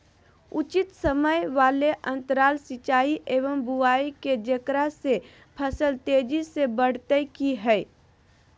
उचित समय वाले अंतराल सिंचाई एवं बुआई के जेकरा से फसल तेजी से बढ़तै कि हेय?